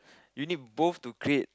you need both to create